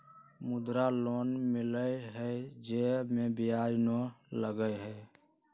मुद्रा लोन मिलहई जे में ब्याज न लगहई?